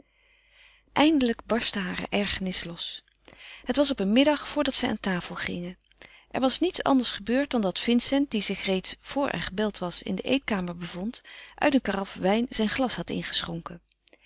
eindelijk barstte haar ergernis los het was op een middag voordat zij aan tafel gingen er was niets anders gebeurd dan dat vincent die zich reeds vor er gebeld was in de eetkamer bevond uit een karaf wijn zijn glas had ingeschonken